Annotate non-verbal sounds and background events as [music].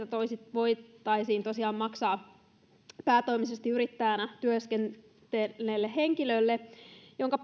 voitaisiin maksaa päätoimisesti yrittäjänä työskennelleelle henkilölle jonka [unintelligible]